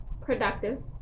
productive